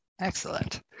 excellent